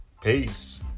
Peace